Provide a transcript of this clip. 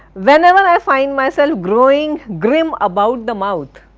whenever and i find myself growing grim about the mouth,